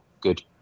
Good